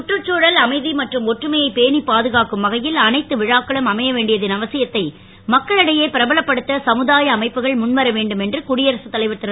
சுற்றுச்தழல் அமைதி மற்றும் ஒற்றுமையை பேணிப் பாதுகாக்கும் வகையில் அனைத்து விழாக்களும் அமைய வேண்டியதன் அவசியத்தை மக்களிடையே பிரபலப்படுத்த சமுதாய அமைப்புகள் முன்வர வேண்டும் என்று குடியரசுத் தலைவர் திரு